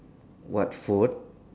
what food